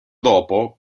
dopo